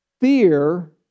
Fear